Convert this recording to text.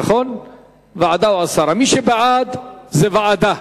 מי שבעד, זה ועדה.